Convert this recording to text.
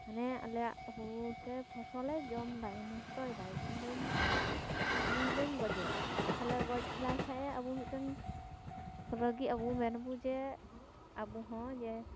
ᱦᱟᱱᱮ ᱟᱞᱮᱭᱟᱜ ᱦᱩᱲᱩ ᱥᱮ ᱯᱷᱚᱥᱚᱞᱮ ᱡᱚᱢᱮᱫᱟᱭ ᱱᱚᱥᱴᱚᱭᱮᱫᱟᱭ ᱤᱧ ᱫᱚᱧ ᱱᱩᱭ ᱫᱚᱧ ᱜᱚᱡᱮᱭᱟ ᱛᱟᱦᱚᱞᱮ ᱜᱚᱡ ᱞᱮᱭᱠᱷᱟᱱᱮ ᱟᱵᱚ ᱢᱤᱫᱴᱮᱱ ᱨᱟᱹᱜᱤᱜ ᱟᱵᱚ ᱢᱮᱱᱟᱵᱚ ᱡᱮ ᱟᱵᱚ ᱦᱚᱸ ᱡᱮ